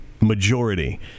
majority